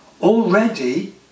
already